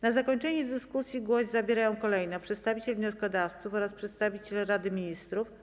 Na zakończenie dyskusji głos zabierają kolejno przedstawiciel wnioskodawców oraz przedstawiciel Rady Ministrów.